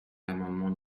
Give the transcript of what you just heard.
l’amendement